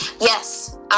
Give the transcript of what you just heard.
yes